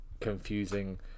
confusing